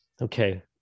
okay